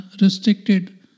restricted